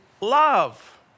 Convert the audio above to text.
love